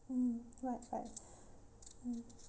mm right right mm